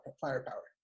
firepower